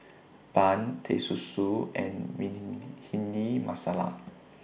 Bun Teh Susu and Bhindi Masala